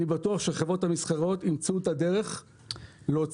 אני בטוח שהחברות המסחריות ימצאו את הדרך להוציא